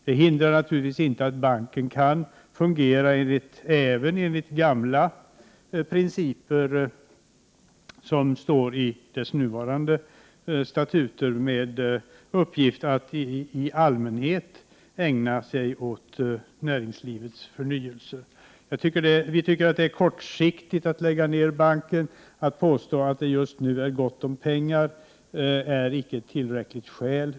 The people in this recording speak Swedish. Det hindrar naturligtvis inte att banken kan fungera även enligt gamla principer, som står i dess nuvarande statuter, med uppgift att i allmänhet ägna sig åt näringslivets förnyelser. Vi tycker att det är kortsiktigt att lägga ned banken. Att påstå att det just nu är gott om pengar är icke tillräckligt skäl.